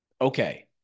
Okay